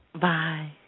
Bye